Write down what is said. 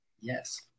Yes